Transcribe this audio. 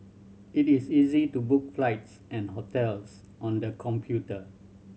it is easy to book flights and hotels on the computer